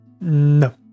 No